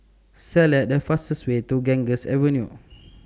Select The fastest Way to Ganges Avenue